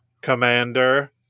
Commander